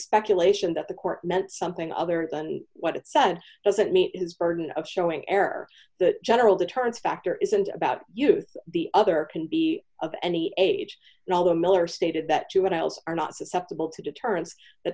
speculation that the court meant something other than what it said doesn't meet his burden of showing error that general deterrence factor isn't about youth the other can be of any age and although miller stated that juveniles are not susceptible to deterrence that